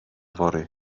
fory